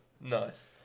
Nice